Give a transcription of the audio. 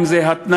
אם זה התניה,